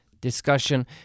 discussion